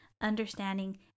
understanding